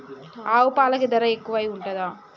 ఆవు పాలకి ధర ఎక్కువే ఉంటదా?